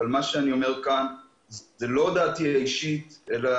אבל מה שאני אומר כאן הוא לא דעתי האישית אלא